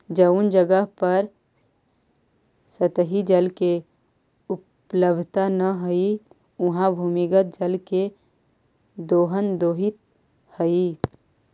जउन जगह पर सतही जल के उपलब्धता न हई, उहाँ भूमिगत जल के दोहन होइत हई